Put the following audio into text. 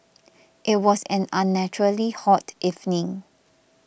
it was an unnaturally hot evening